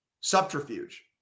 subterfuge